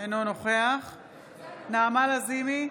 אינו נוכח נעמה לזימי,